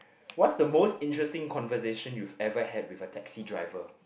what's the most interesting conversation you've ever had with a taxi driver